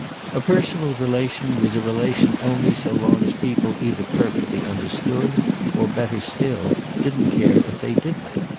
a personal relation was a relation only so long as people either perfectly understood or, better still, didn't care if they didn't.